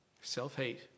self-hate